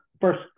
first